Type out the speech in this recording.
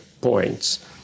points